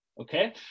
Okay